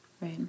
right